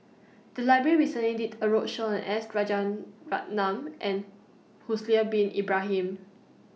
The Library recently did A roadshow on S Rajaratnam and Haslir Bin Ibrahim